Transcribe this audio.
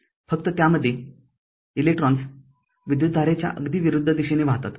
फक्त त्यामध्ये इलेकट्रॉन्स विद्युतधारेच्या अगदी विरुद्ध दिशेने वाहतात